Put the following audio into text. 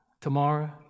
tomorrow